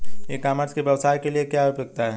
ई commerce की व्यवसाय के लिए क्या उपयोगिता है?